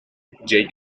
jay